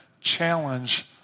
challenge